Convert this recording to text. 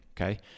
okay